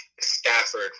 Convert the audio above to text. Stafford